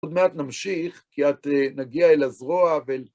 עוד מעט נמשיך, כי את נגיע אל הזרוע, ואל...